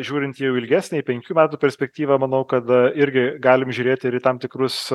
žiūrint jau ilgesnį į penkių metų perspektyvą manau kada irgi galim žiūrėti į tam tikrus